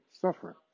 suffering